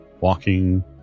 walking